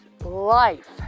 life